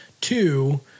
Two